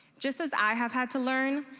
just as i have had to learn,